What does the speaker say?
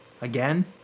again